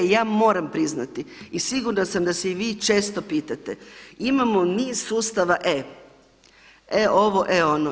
Ja moram priznati i sigurna sam da se i vi često pitate imamo niz sustava e, e ovo, e ono.